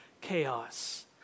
chaos